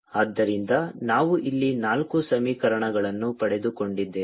ಆದ್ದರಿಂದ ನಾವು ಇಲ್ಲಿ ನಾಲ್ಕು ಸಮೀಕರಣಗಳನ್ನು ಪಡೆದುಕೊಂಡಿದ್ದೇವೆ